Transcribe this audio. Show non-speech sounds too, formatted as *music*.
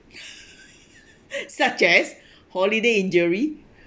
*laughs* such as holiday injury